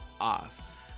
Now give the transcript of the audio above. off